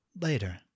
later